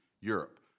Europe